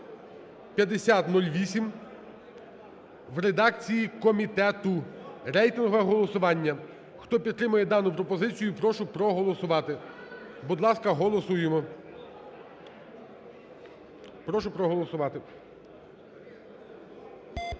(5008) в редакції комітету. Рейтингове голосування. Хто підтримує дану пропозицію, прошу проголосувати. Будь ласка, голосуємо. Прошу проголосувати.